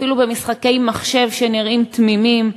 אפילו במשחקי מחשב שנראים תמימים,